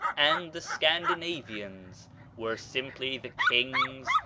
and the scandinavians were simply the kings,